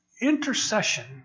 Intercession